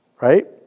Right